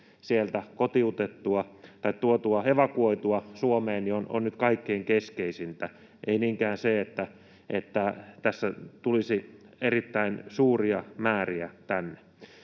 henkilöt sieltä evakuoitua Suomeen, on nyt kaikkein keskeisintä — ei niinkään se, että tässä tulisi erittäin suuria määriä tänne.